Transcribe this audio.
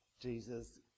Jesus